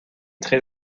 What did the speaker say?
très